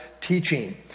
teaching